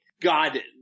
God